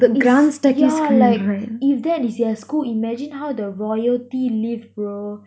is yeah like if that is their school imagine how the royalty live bro